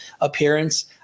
appearance –